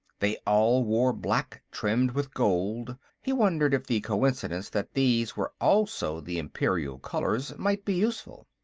they all wore black, trimmed with gold he wondered if the coincidence that these were also the imperial colors might be useful.